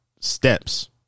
steps